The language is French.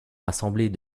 rassembler